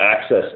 access